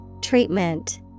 Treatment